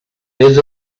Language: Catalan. vés